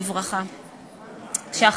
זיכרונו לברכה, ב-2005.